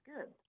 good